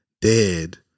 dead